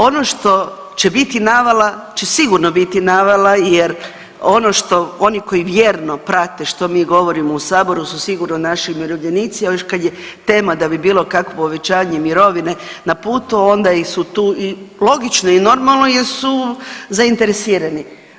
Ono što će biti navala će sigurno biti navala jer ono što oni koji vjerno prate što mi govorimo u saboru su sigurno naši umirovljenici, a još kad je tema da bi bilo kakvo povećanje mirovine na putu onda su tu i logično i normalno jer su zainteresirani.